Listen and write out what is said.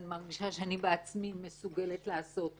אני מרגישה שאני בעצמי מסוגלת לעשות משהו.